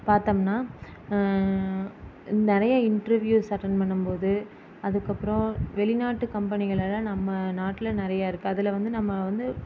பார்த்தம்னா நிறைய interviews attend பண்ணும் போது அதுக்கு அப்புறம் வெளிநாட்டு கம்பனிகள் எல்லாம் நம்ம நாட்டில் நிறையா இருக்குது அதில் வந்து நம்ம வந்து